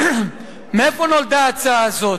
מאיפה נולדה ההצעה הזאת?